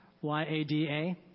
Y-A-D-A